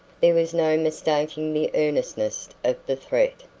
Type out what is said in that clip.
there was no mistaking the earnestness of the threat,